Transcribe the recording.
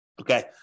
Okay